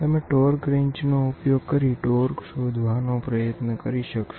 તમે torque wrench નો ઉપયોગ કરી ટોર્ક શોધવાનો પ્રયત્ન કરી શકશો